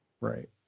right